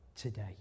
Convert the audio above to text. today